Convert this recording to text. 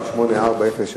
840,